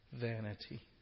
vanity